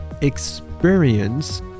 experience